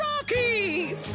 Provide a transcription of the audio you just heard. Rocky